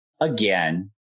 again